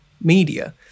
media